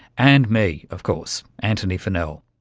and me of course, antony funnell.